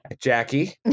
Jackie